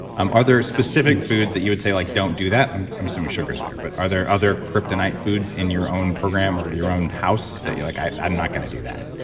are there specific foods that you would say like don't do that? i'm i'm assuming sugars there, but are there other kryptonite foods in your own program or your own house that you're like, i'm not going to do that?